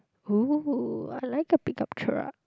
!ooh! I like a pick up truck